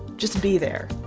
just be there.